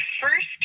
first